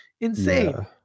insane